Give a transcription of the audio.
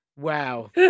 Wow